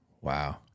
Wow